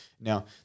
Now